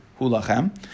Hulachem